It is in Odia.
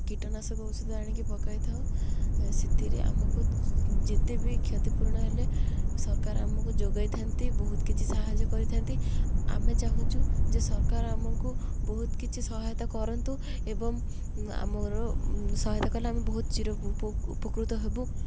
କୀଟନାଶକ ଔଷଧ ଆଣିକି ପକାଇ ଥାଉ ସେଥିରେ ଆମକୁ ଯେତେ ବି କ୍ଷତି ପୂରଣ ହେଲେ ସରକାର ଆମକୁ ଯୋଗେଇଥାନ୍ତି ବହୁତ କିଛି ସାହାଯ୍ୟ କରିଥାନ୍ତି ଆମେ ଚାହୁଁଛୁ ଯେ ସରକାର ଆମକୁ ବହୁତ କିଛି ସହାୟତା କରନ୍ତୁ ଏବଂ ଆମର ସହାୟତା କଲେ ଆମେ ବହୁତ ଚିର ଉପକୃତ ହେବୁ